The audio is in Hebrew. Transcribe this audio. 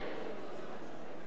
אינו נוכח רונית תירוש,